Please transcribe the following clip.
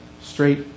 straight